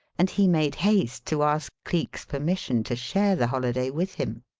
and he made haste to ask cleek's permission to share the holiday with him.